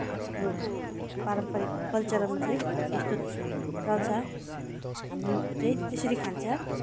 हाम्रो पारम्परिक कल्चरमा चाहिँ यस्तो चल्छ हामी चाहिँ त्यसरी खान्छ